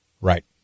Right